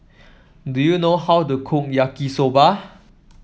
do you know how to cook Yaki Soba